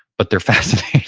but they're fascinating,